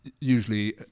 usually